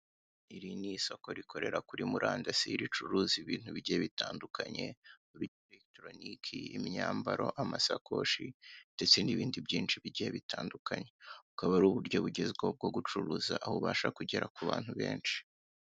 Iri ni isoko rikorera kuri murandasi, ricuruza ibintu bigiye bitandukanye, ibya elegitoronike, imyambaro, amashakoshi ndetse n'ibindi bigiye bitandukanye. Bukaba ari uburyo bwiza bugezweho, bwo gucuruza, aho ubasha kugera ku bantu benshi.